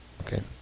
okay